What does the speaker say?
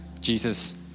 Jesus